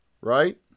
right